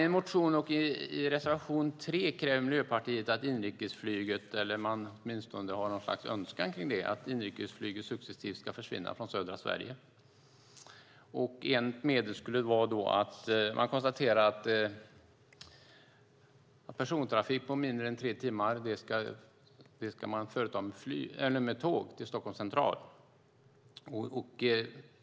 I en motion och i reservation 3 kräver Miljöpartiet - eller man uttrycker åtminstone något slags önskan - att inrikesflyget successivt ska försvinna från södra Sverige. Man konstaterar att persontrafik på mindre än tre timmars restid från Stockholms central ska göras med tåg.